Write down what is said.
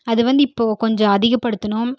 அது வந்து இப்போது கொஞ்சம் அதிகப்படுத்தணும்